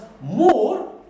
more